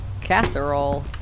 casserole